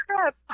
crap